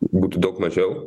būtų daug mažiau